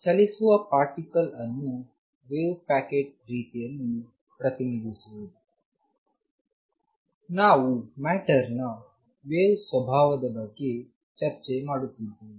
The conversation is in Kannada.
ಚಲಿಸುವ ಪಾರ್ಟಿಕಲ್ ಅನ್ನು ವೇವ್ ಪ್ಯಾಕೆಟ್ ರೀತಿಯಲ್ಲಿ ಪ್ರತಿನಿಧಿಸುವುದು ನಾವು ಮ್ಯಾಟರ್ನ ವೇವ್ ಸ್ವಭಾವದ ಬಗ್ಗೆ ಚರ್ಚೆ ಮಾಡುತ್ತಿದ್ದೆವು